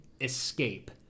escape